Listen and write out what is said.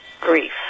grief